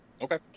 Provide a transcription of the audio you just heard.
Okay